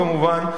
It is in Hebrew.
כמובן,